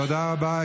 תודה רבה.